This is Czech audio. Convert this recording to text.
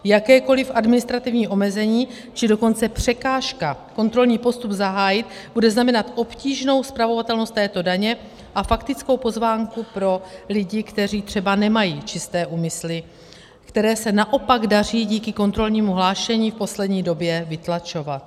Jakékoliv administrativní omezení, či dokonce překážka kontrolní postup zahájit bude znamenat obtížnou spravovatelnost této daně a faktickou pozvánku pro lidi, kteří třeba nemají čisté úmysly, které se naopak daří díky kontrolnímu hlášení v poslední době vytlačovat.